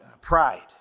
pride